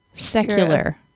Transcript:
secular